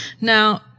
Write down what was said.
Now